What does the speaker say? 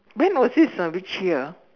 when was this ah which year ah